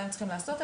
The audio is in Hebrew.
מה הם צריכים לעשות,